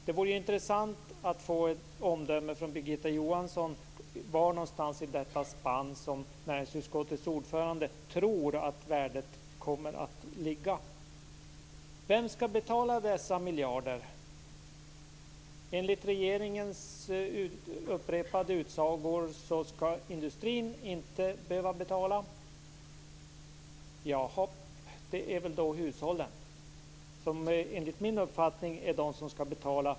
Det vore intressant att få ett omdöme från Birgitta Johansson var i detta spann som näringsutskottets ordförande tror att värdet kommer att ligga. Vem skall betala dessa miljarder? Enligt regeringens upprepade utsagor skall industrin inte behöva betala. Det är väl då hushållen som, enligt min uppfattning, är de som skall betala.